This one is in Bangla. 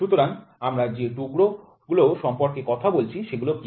সুতরাং আমরা যে টুকরোগুলো সম্পর্কে কথা বলছি সেগুলি কী